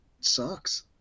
Sucks